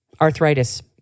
arthritis